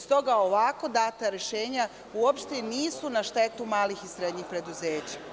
Stoga, ovako data rešenja uopšte nisu na štetu malih i srednjih preduzeća.